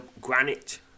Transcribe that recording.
granite